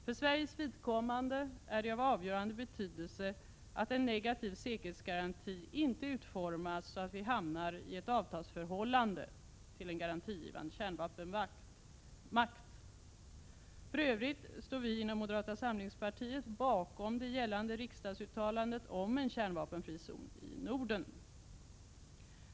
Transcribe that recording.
För Sveriges vidkommande är det av avgörande betydelse att en negativ säkerhetsgaranti inte utformas så att vi hamnar i ett avtalsförhållande till en garantigivande kärnvapenmakt. För övrigt står vi inom moderata samlingspartiet bakom det gällande riksdagsuttalandet om en kärnvapenfri zon i Norden.